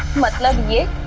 what love are you